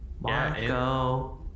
Marco